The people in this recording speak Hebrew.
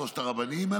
שלושת הרבנים,